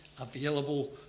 available